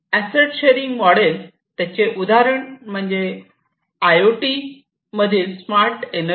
asset sharing model त्याचे उदाहरण म्हणजे आय ओ टी मधील स्मार्ट एनर्जी